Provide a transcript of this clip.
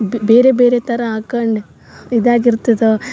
ಬೇರೆ ಬೇರೆ ಥರ ಹಾಕಂಡ್ ಇದಾಗ ಇರ್ತದ